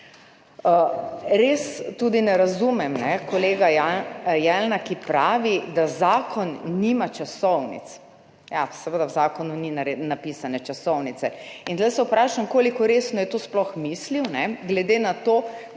Res tudi ne razumem kolega Jelena, ki pravi, da zakon nima časovnic. Ja, seveda v zakonu ni napisane časovnice. In zdaj se vprašam, koliko resno je to sploh mislil, glede na to,